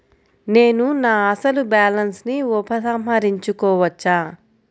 నేను నా అసలు బాలన్స్ ని ఉపసంహరించుకోవచ్చా?